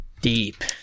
deep